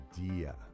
idea